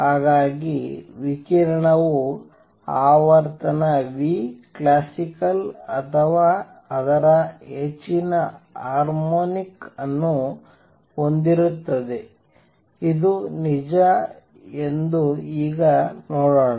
ಹಾಗಾಗಿ ವಿಕಿರಣವು ಆವರ್ತನ classical ಅಥವಾ ಅದರ ಹೆಚ್ಚಿನ ಹಾರ್ಮೋನಿಕ್ಸ್ ಅನ್ನು ಹೊಂದಿರುತ್ತದೆ ಇದು ನಿಜ ಎಂದು ಈಗ ನೋಡೋಣ